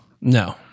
No